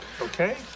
okay